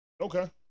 Okay